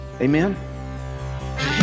Amen